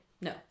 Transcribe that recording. No